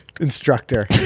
Instructor